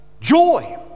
joy